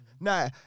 Nah